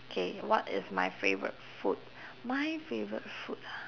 K what is my favourite food my favourite food ah